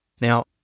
Now